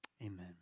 amen